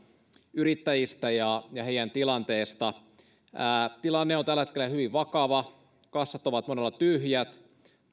yrittäjistä ja ja heidän tilanteestaan tilanne on tällä hetkellä hyvin vakava kassat ovat monella tyhjät